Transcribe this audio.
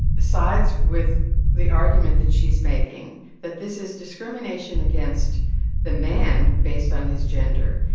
sides with the argument that she's making that this is discrimination against the man based on his gender.